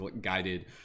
guided